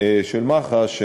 של מח"ש,